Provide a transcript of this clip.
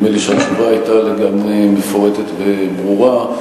נדמה לי שהתשובה היתה לגמרי מפורטת וברורה.